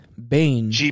Bane